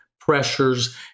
pressures